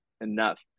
enough